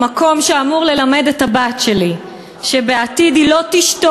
המקום שאמור ללמד את הבת שלי לא לשתוק